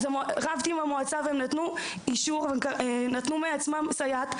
רבתי עם המועצה, והם נתנו סייעת שלהם.